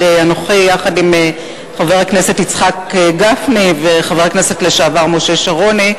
אנוכי יחד עם חבר הכנסת יצחק וקנין וחבר הכנסת לשעבר משה שרוני,